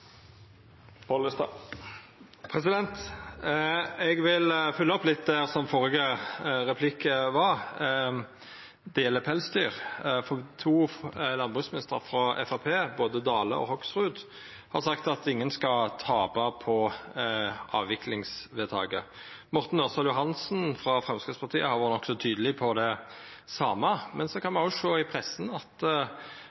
Eg vil fylgja opp førre replikk litt. Det gjeld pelsdyr. To landbruksministrar frå Framstegspartiet, både Dale og Hoksrud, har sagt at ingen skal tapa på avviklingsvedtaket. Morten Ørsal Johansen frå Framstegspartiet har vore nokså tydeleg på det same, men så kan